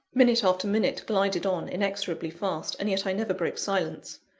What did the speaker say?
minute after minute glided on, inexorably fast and yet i never broke silence.